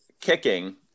kicking